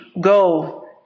go